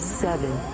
seven